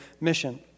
mission